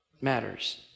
matters